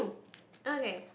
okay